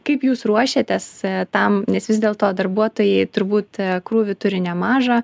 kaip jūs ruošiatės tam nes vis dėlto darbuotojai turbūt krūvį turi nemažą